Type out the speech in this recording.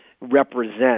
represent